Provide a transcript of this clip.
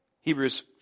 Hebrews